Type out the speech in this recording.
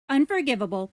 unforgivable